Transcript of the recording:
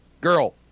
girl